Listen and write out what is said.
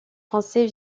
français